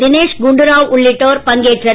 தினேஷ் குண்டுராவ் உள்ளிட்டோர் பங்கேற்றனர்